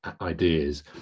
ideas